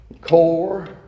Core